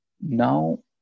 now